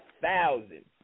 thousand